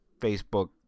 Facebook